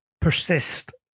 persist